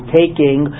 taking